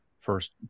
First